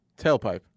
tailpipe